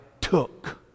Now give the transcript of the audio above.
took